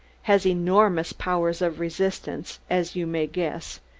has enormous powers of resistance, as you may guess,